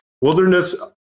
Wilderness